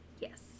Yes